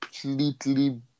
completely